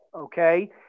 okay